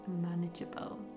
manageable